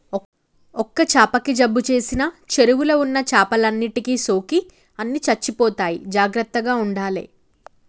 ఒక్క చాపకు జబ్బు చేసిన చెరువుల ఉన్న చేపలన్నిటికి సోకి అన్ని చచ్చిపోతాయి జాగ్రత్తగ ఉండాలే